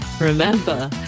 remember